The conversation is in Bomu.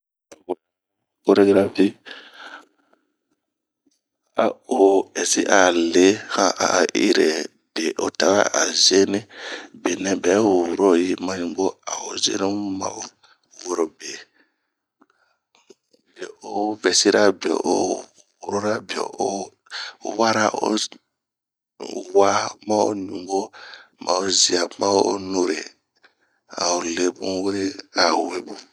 Oyi we koregarafi, a o ɛsi alee han ha'iree nɛ otawɛ a zeni, benɛ otawɛ a woro ,benɛ bɛ woroyi, a'o zenimu ma'o werobe ,bie o vɛsira, bie oworora ,bie owara o wa ma o ɲumbwo, ma zia ,ma'o nuree, ao lebun were ao webun.